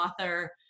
author